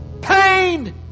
Pain